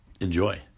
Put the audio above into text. enjoy